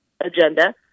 agenda